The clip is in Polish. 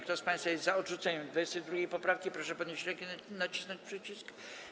Kto z państwa jest za odrzuceniem 22. poprawki, proszę podnieść rękę i nacisnąć przycisk.